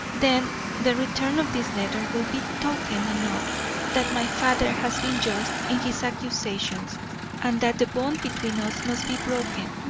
then the return of this letter will be token enough that my father has been just in his accusations and that the bond between us must be broken.